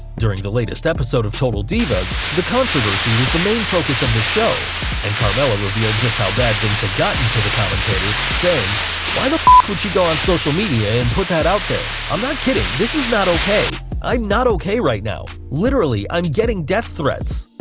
during the latest episode of total divas, the controversy was the main focus of the show and carmella revealed just how bad things had gotten to the commentator saying why the f k would she go on social media and put that out there? i'm not kidding this is not ok. not ok right now. literally, i'm getting death threats.